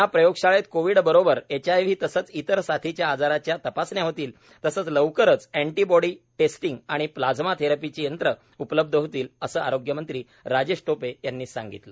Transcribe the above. या प्रयोगशाळेत कोविड बरोबरच एचआयव्ही तसंच इतर साथीच्या आजारांच्या तपासण्या होतील तसंच लवकरच ऍन्टीबॉडी टेस्टिंग आणि प्लाज्मा थेरेपीची यंत्र उपलब्ध होतील असं आरोग्यमंत्री राजेश टोपे यांनी सांगितलं